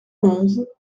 onze